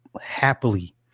happily